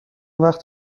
وقت